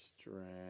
strength